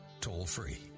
toll-free